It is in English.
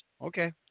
Okay